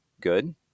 good